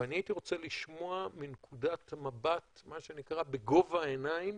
ואני הייתי רוצה לשמוע מנקודת מבט מה שנקרא בגובה העיניים